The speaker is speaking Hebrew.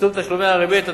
צמצום תשלומי הריבית,